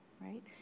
right